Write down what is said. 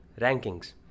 rankings